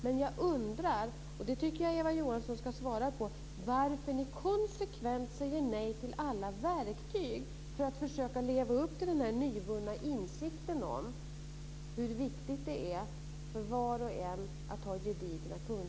Men jag undrar - och det tycker jag att Eva Johansson ska svara på - varför ni konsekvent säger nej till alla verktyg för att försöka leva upp till den nyvunna insikten om hur viktigt det är för var och en att ha gedigna kunskaper.